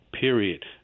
Period